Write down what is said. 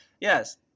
Yes